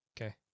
okay